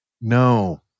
No